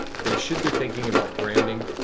they should be thinking about branding,